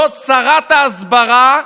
זאת שרת ההסברה,